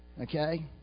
okay